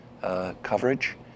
coverage